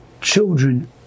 children